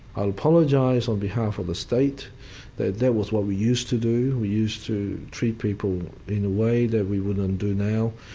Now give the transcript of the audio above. i apologised on behalf of the state that that was what we used to do, we used to treat people in a way that we wouldn't and do now,